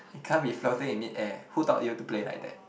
it can't be floating in mid air who taught you to play like that